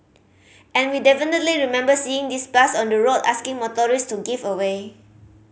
and we definitely remember seeing this bus on the road asking motorists to give away